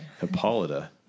Hippolyta